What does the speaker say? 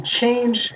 change